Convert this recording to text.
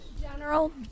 General